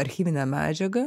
archyvinę medžiagą